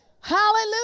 Hallelujah